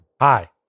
Hi